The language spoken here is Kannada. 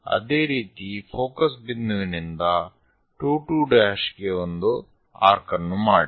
ಅದೇ ರೀತಿ ಫೋಕಸ್ ಬಿಂದುವಿನಿಂದ 2 2 ಗೆ ಒಂದು ಆರ್ಕ್ ಅನ್ನು ಮಾಡಿ